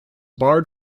barred